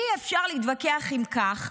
אי-אפשר להתווכח עם כך,